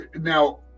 now